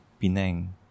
Penang